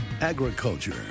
Agriculture